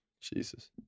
Jesus